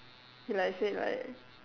he like said like